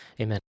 amen